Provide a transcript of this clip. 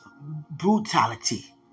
brutality